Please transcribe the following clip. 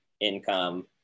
income